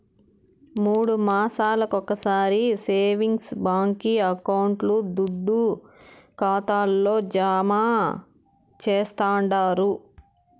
మూడు మాసాలొకొకసారి సేవింగ్స్ బాంకీ అకౌంట్ల దుడ్డు ఖాతాల్లో జమా చేస్తండారు